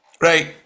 Right